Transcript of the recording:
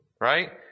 Right